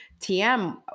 TM